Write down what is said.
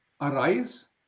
arise